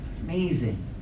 amazing